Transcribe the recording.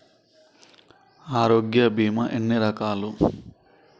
ఆరోగ్య బీమా ఎన్ని రకాలు?